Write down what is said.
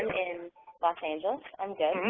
in los angeles. i'm good.